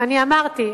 אני אמרתי.